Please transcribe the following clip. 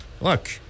look